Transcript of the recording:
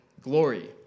glory